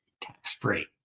tax-free